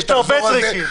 יש הרבה טריקים.